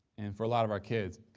and for a lot of our kids,